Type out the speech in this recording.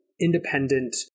independent